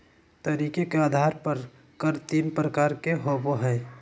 तरीके के आधार पर कर तीन प्रकार के होबो हइ